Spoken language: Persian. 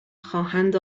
خواهند